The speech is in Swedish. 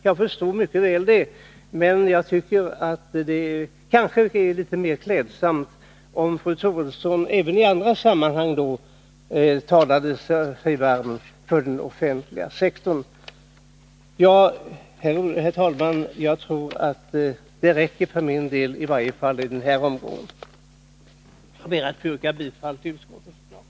Jag förstår detta mycket väl, men det vore kanske litet mer klädsamt om fru Troedsson även i andra sammanhang talade sig varm för den offentliga sektorn. Herr talman! Detta räcker för min del i den här omgången. Jag ber att få yrka bifall till utskottets förslag.